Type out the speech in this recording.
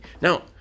Now